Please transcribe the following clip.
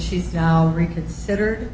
she's now reconsider